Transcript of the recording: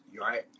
right